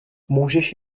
můžeš